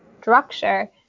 structure